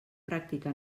pràctica